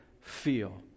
feel